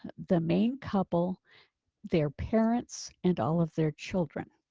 the main couple their parents and all of their children,